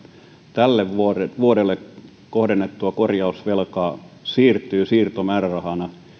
tälle vuodelle vuodelle kohdennettua korjausvelkaa siirtyy siirtomäärärahana